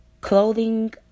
clothing